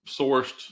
sourced